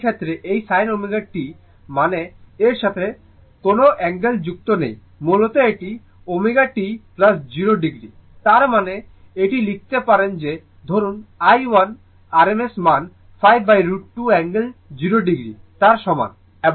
এখন এই ক্ষেত্রে এই sin ω t মানে এর সাথে কোনও অ্যাঙ্গেল যুক্ত নেই মূলত এটি ω t 0o তার মানে এটি লিখতে পারেন যে ধরুন i1 rms মান 5√ 2 অ্যাঙ্গেল 0o তার সমান